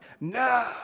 no